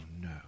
no